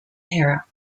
era